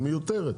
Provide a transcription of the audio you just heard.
היא מיותרת.